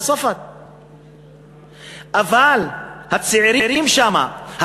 אבל הצעירים שם,